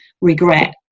regret